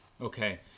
Okay